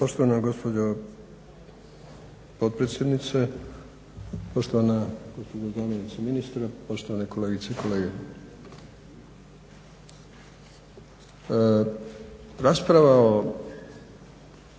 Poštovana gospođo potpredsjednice, poštovana gospođo zamjenice ministra, poštovane kolegice i kolege.